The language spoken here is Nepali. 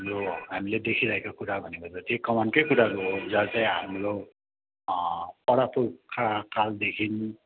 हाम्रो हामीले देखिरहेका कुरा भनेको जति त्यही कमानको कुराहरू हो जहाँ चाहिँ हाम्रो परापुर्खा कालदेखि